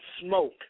smoke